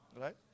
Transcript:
right